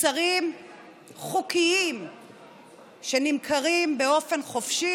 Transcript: מוצרים חוקיים שנמכרים באופן חופשי